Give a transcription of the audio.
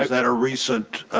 that a recent